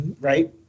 right